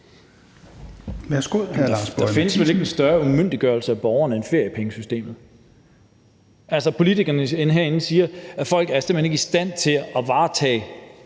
Der findes vel ikke en større umyndiggørelse af borgerne end feriepengesystemet – altså det, at politikerne herinde siger, at folk simpelt hen ikke er i stand til at tage